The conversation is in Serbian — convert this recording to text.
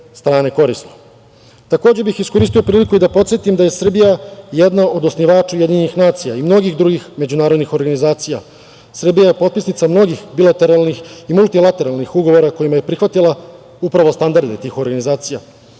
bih iskoristio priliku da podsetim da je Srbija jedna od osnivača UN i mnogih drugih međunarodnih organizacija. Srbija je potpisnica mnogih bilateralnih i multilateralnih ugovora, kojima je prihvatila upravo standarde tih organizacija.